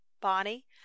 Bonnie